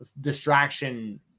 distraction